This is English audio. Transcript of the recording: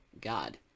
God